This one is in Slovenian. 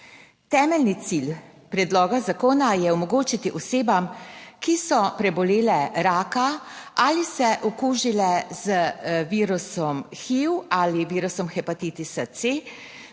Temeljni cilj predloga zakona je omogočiti osebam, ki so prebolele raka ali se okužile z virusom HIV ali virusom hepatitisa C,